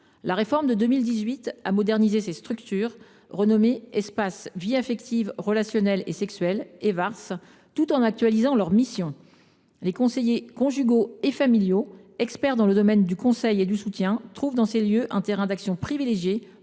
La réforme de 2018 a modernisé ces structures renommées « espaces vie affective, relationnelle et sexuelle » (Evars), tout en actualisant leur mission. Les conseillers conjugaux et familiaux, experts dans le domaine du conseil et du soutien, trouvent dans ces lieux un terrain d’action privilégié